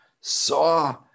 saw